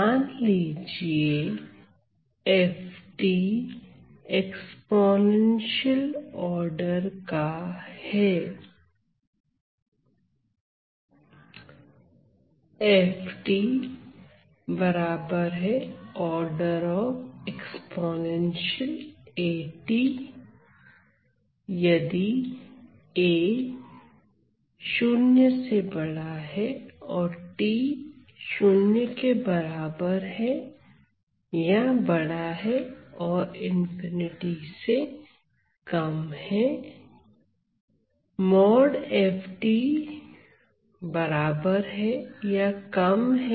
मान लीजिए f exponential order का है